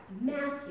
Matthew